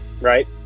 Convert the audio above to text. Right